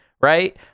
right